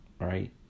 right